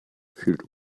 fühlt